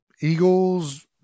Eagles